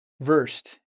versed